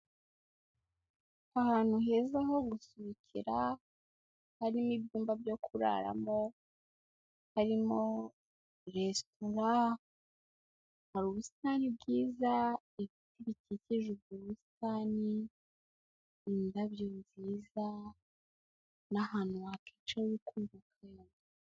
Ahantu heza ho gusohokera, harimo ibyumba byo kuraramo, harimo resitora, hari ubusitani bwiza, ibiti bikikije ubwo busitani, indabyo nziza n'ahantu wakicara uri kumva akayaga.